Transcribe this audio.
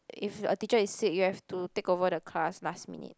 if a teacher is sick you have to take over the class last minute